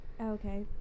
Okay